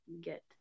get